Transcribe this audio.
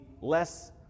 less